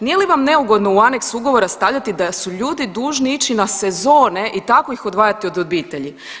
Nije li vam neugodno u aneks ugovora stavljati da su ljudi dužni ići na sezone i tako ih odvajati od obitelji?